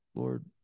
Lord